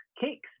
cakes